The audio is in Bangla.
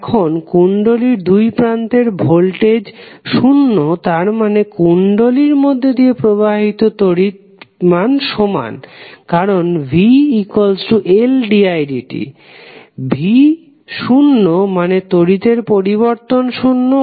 এখন কুণ্ডলীর দুই প্রান্তের ভোল্টেজ শুন্য তার মানে কুণ্ডলীর মধ্যে দিয়ে প্রবাহিত তড়িৎ সমান কারণ vLdidt V শুন্য মানে তড়িতের পরিবর্তন শুন্য